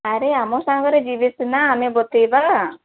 ଆରେ ଆମ ସାଙ୍ଗରେ ଯିବେ ସିନା ଆମେ ବତେଇବା